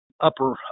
upper